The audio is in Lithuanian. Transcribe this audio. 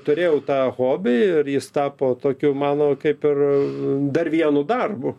turėjau tą hobį ir jis tapo tokiu mano kaip ir dar vienu darbu